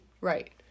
Right